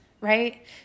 right